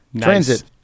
Transit